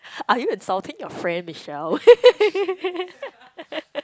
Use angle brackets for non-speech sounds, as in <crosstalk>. are you insulting your friend Michelle <laughs>